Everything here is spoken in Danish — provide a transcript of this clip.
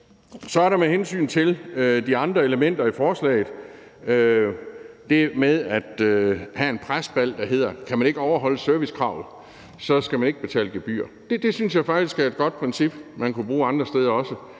med. Med hensyn til de andre elementer i forslaget er der det med at have en presbold om, at kan man ikke overholde servicekravet, så skal der ikke betales gebyr. Det synes jeg faktisk er et godt princip, man også godt kunne bruge andre steder i